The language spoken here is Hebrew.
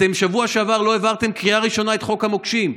אתם בשבוע שעבר לא העברתם בקריאה ראשונה את חוק המוקשים,